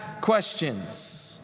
questions